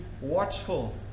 watchful